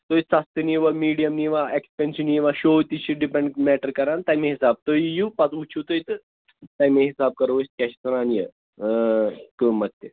تُہۍ سَستہٕ نِیوا میٖڈیَم نِوا ایٚکٕسپینسو نیٖوا شو تہِ چھِ ڈِپٮ۪نٛڈ میٹر کَران تَمے حِساب تُہۍ یِیِو پَتہٕ وُچھِو تُہۍ تہٕ تَمے حِساب کَرو أسۍ کیٛاہ چھِ اَتھ وَنان یہِ قۭمَتھ تہِ